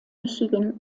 michigan